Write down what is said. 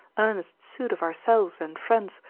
earnest suit of ourselves and friends,